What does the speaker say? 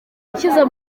ikize